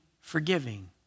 forgiving